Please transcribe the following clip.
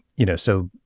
you know so